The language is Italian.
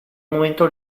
momento